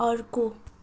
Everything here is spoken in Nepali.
अर्को